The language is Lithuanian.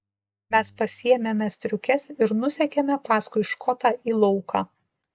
mes pasiėmėme striukes ir nusekėme paskui škotą į lauką